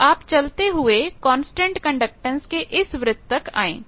तो आप चलते हुए कांस्टेंट कंडक्टैंसकंडक्टैंस के इस वृत्त तक आए